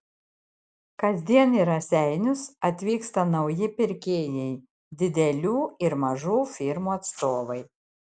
kasdien į raseinius atvyksta nauji pirkėjai didelių ir mažų firmų atstovai